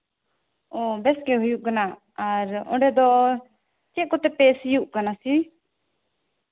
ᱚ ᱵᱮᱥ ᱜᱮ ᱦᱩᱭᱩᱜ ᱠᱟᱱᱟ ᱟᱨ ᱚᱸᱰᱮ ᱫᱚ ᱪᱮᱫ ᱠᱚᱛᱮ ᱯᱮ ᱥᱤᱭᱳᱜ ᱠᱟᱱᱟ ᱥᱤ